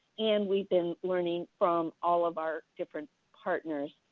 and we've been learning from all of our different partners.